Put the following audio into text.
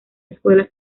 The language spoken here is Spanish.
escuelas